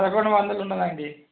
పదకొండు వందలు ఉన్నదండి